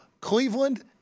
Cleveland